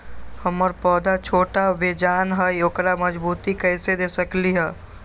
हमर पौधा छोटा बेजान हई उकरा मजबूती कैसे दे सकली ह?